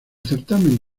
certamen